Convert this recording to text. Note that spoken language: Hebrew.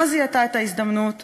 לא זיהתה את ההזדמנות ש"חמאס"